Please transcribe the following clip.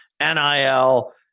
NIL